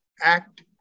act